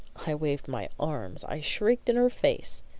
i waved my arms, i shrieked in her face.